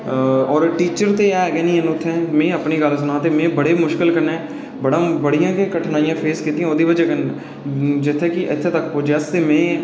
teaching ते ऐ गै नेईं उत्थै में अपनी गल्ल सनांऽ ते में बड़ी मुश्कल कन्नै बड़ियां गै कठनाइयां फेस कीतियां ओह्दी बजह कन्नै इत्थूं तगर पुज्जने आस्तै